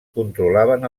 controlaven